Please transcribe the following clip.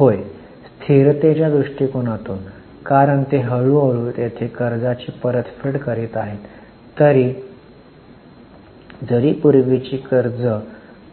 होय स्थिरतेच्या दृष्टिकोनातून कारण ते हळू हळू तेथे कर्जाची परतफेड करीत आहेत जरी पूर्वीची कर्जे